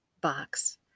box